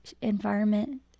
environment